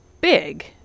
big